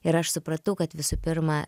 ir aš supratau kad visų pirma